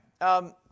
right